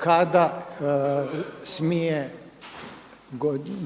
kada smije